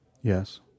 Yes